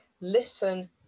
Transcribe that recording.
listen